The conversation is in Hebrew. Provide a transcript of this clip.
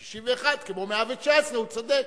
אז 61 כמו 119. הוא צודק,